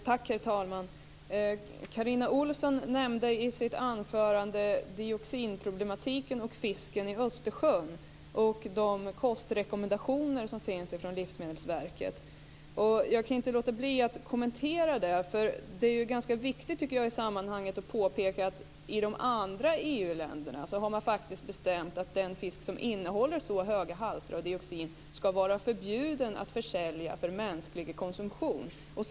Herr talman! Carina Ohlsson nämnde i sitt anförande dioxinproblematiken när det gäller fisken i Östersjön och de kostrekommendationer som finns från Livsmedelsverket. Jag kan inte låta bli att kommentera det. Det är ju ganska viktigt att i sammanhanget påpeka att man faktiskt i de andra EU-länderna har bestämt att fisk som innehåller så höga halter av dioxin ska vara förbjuden att försälja för mänsklig konsumtion.